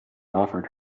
offered